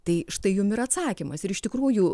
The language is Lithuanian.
tai štai jum ir atsakymas ir iš tikrųjų